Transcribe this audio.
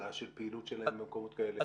סגירה של פעילות שלהם ומקומות כאלה?